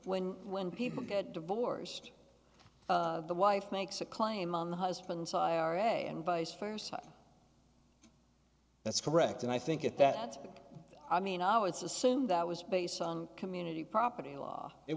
when when people get divorced the wife makes a claim on the husband's ira and vice versa that's correct and i think it that i mean our it's assumed that was based on community property law it